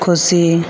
ᱠᱷᱩᱥᱤ